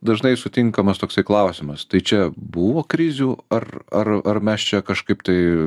dažnai sutinkamas toksai klausimas tai čia buvo krizių ar ar ar mes čia kažkaip tai